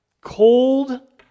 cold